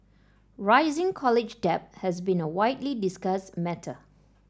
rising college debt has been a widely discussed matter